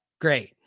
great